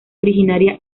originaria